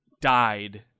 died